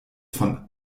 von